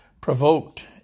provoked